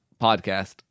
podcast